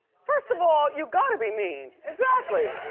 first of all, you gotta be mean, exactly.